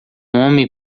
homem